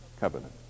covenant